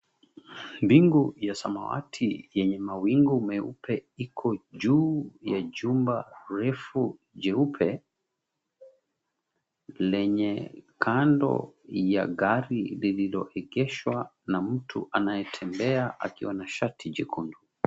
Mbingu ya samawati yenye mawingu meupe iko juu ya jumba refu jeupe, lenye kando ya gari lililoegeshwa na mtu anayetembea akiwa na shati jekundu.